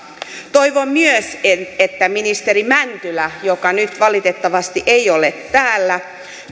toivon myös että ministeri mäntylä joka nyt valitettavasti ei ole täällä